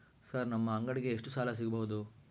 Sir ನಮ್ಮ ಅಂಗಡಿಗೆ ಎಷ್ಟು ಸಾಲ ಸಿಗಬಹುದು?